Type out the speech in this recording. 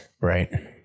Right